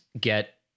get